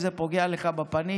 אם זה פוגע לך בפנים